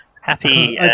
Happy